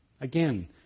Again